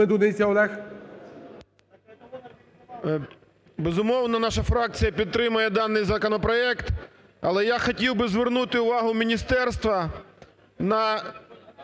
Безумовно, наша фракція підтримає даний законопроект. Але я хотів би звернути увагу міністерства на